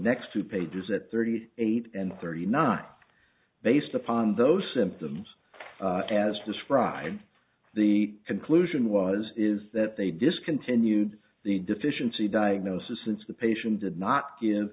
next two pages at thirty eight and thirty nine based upon those symptoms as described by the conclusion was is that they discontinued the deficiency diagnosis since the patient did not give